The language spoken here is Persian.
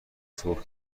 سرخ